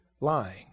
Lying